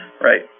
right